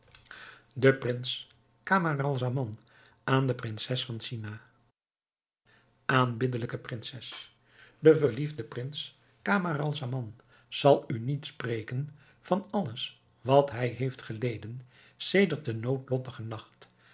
de prins camaralzaman aan de prinses van china aanbiddelijke prinses de verliefde prins camaralzaman zal u niet spreken van alles wat hij heeft geleden sedert den noodlottigen nacht